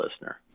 listener